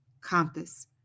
Compass